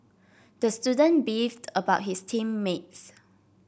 the student beefed about his team mates